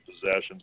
possessions